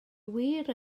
wir